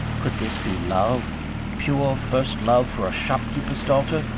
could this be love pure, first love for a shopkeeper's daughter,